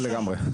כן, לגמרי.